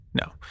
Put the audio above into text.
No